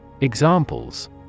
examples